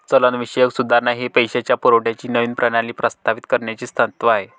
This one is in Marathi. चलनविषयक सुधारणा हे पैशाच्या पुरवठ्याची नवीन प्रणाली प्रस्तावित करण्याचे तत्त्व आहे